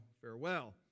Farewell